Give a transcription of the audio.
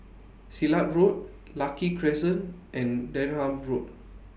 Silat Road Lucky Crescent and Denham Road